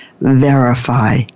verify